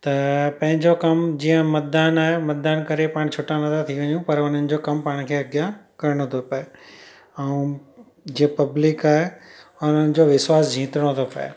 त पंहिंजो कमु जीअं मतदान आहे मतदान करे पाण छुटाम था थी वञूं पर उन्हनि जो कम पाण खे अॻियां करणो थो पए ऐं जीअं पब्लिक आहे हुननि जो वेसाहु जीतणो थो पए